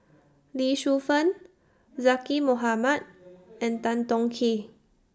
Lee Shu Fen Zaqy Mohamad and Tan Tong Hye